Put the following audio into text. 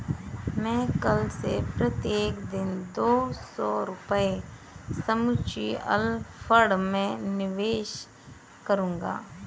मैं कल से प्रत्येक दिन दो सौ रुपए म्यूचुअल फ़ंड में निवेश करूंगा